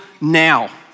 now